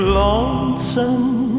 lonesome